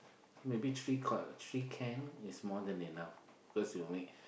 maybe three can three can is more than enough cause you'll make